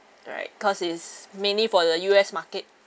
right cause is mainly for the U_S market